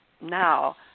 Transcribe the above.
now